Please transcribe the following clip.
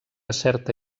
certa